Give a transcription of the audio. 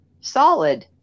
Solid